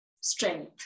strength